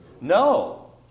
No